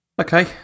Okay